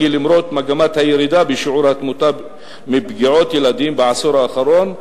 כי למרות מגמת הירידה בשיעור התמותה מפגיעות בעשור האחרון,